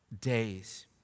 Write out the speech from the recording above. days